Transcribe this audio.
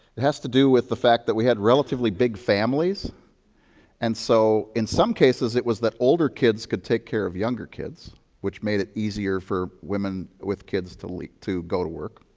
it has to do with the fact that we had relatively big families and so, in some cases, it was the older kids could take care of younger kids which made it easier for women with kids to like to go to work.